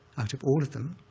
out of all of them,